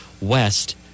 West